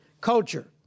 Culture